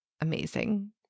amazing